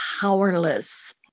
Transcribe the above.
powerless